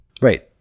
Right